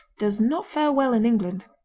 does not fare well in england.